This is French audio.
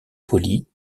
poli